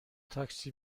تاکسی